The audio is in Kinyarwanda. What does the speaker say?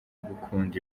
gukunda